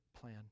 plan